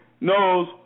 knows